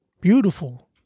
Beautiful